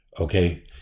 okay